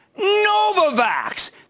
Novavax